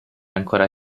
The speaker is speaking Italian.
ancora